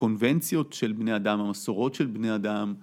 ‫קונבנציות של בני אדם, ‫המסורות של בני אדם.